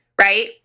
right